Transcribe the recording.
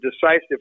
decisive